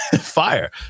fire